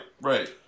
right